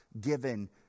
given